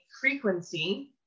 frequency